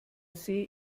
see